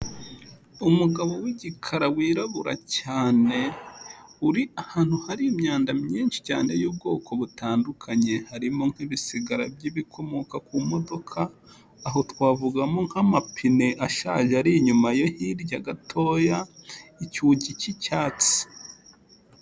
Umugabo w'igikara wirabura cyane, uri ahantu hari imyanda myinshi cyane y'ubwoko butandukanye, harimo nk'ibisigara by'ibikomoka ku modoka, aho twavugamo nk'amapine ashaje ari inyuma ye hirya gatoya, icyugi cy'icyatsi.